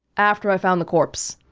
after i found the corpse